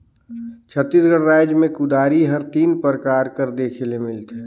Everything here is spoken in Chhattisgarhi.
छत्तीसगढ़ राएज मे कुदारी हर तीन परकार कर देखे ले मिलथे